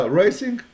racing